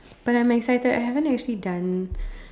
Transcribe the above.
but I'm excited I haven't actually done